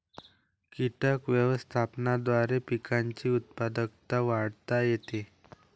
कीटक व्यवस्थापनाद्वारे पिकांची उत्पादकता वाढवता येते